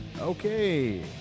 Okay